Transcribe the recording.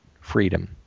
freedom